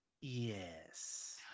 yes